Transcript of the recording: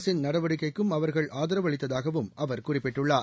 அரசின் நடவடிக்கைக்கும் அவர்கள் ஆதரவளித்ததாகவும் அவர் குறிப்பிட்டுள்ளார்